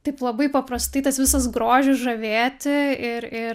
taip labai paprastai tas visas grožis žavėti ir ir